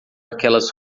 aquelas